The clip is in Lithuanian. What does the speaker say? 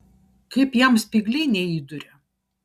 kaip jam spygliai neįduria